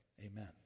Amen